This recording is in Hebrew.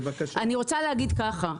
אני רוצה להגיד ככה,